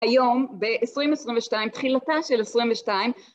היום ב-2022, תחילתה של 22